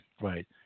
right